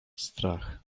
strach